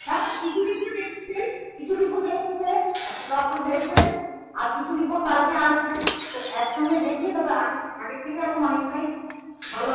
হ্যাঁ হ্যাঁ কিছু রিপোর্ট এসছে কিছু রিপোর্ট এসছে আজকে ডক্টর দেখবেন আর কিছু রিপোর্ট কালকে আসবে তো একসঙ্গে দেখিয়ে তবে আগের আগের থেকে এখন অনেকটাই ভালো